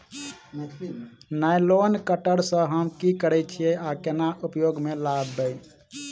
Nylon cutter सँ हम की करै छीयै आ केना उपयोग म लाबबै?